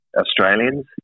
Australians